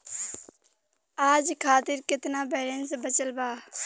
आज खातिर केतना बैलैंस बचल बा?